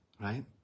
right